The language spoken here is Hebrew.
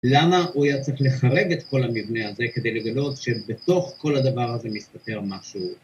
למה הוא היה צריך לחרג את כל המבנה הזה כדי לגלות שבתוך כל הדבר הזה מסתתר משהו